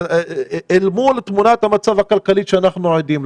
מול התמונה המצב הכלכלית אליה אנחנו עדים,